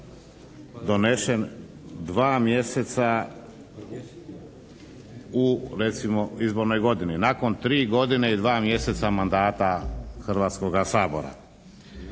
donesen 2 mjeseca u recimo izbornoj godini. Nakon 3 godine i 2 mjeseca mandata Hrvatskoga sabora.